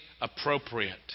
appropriate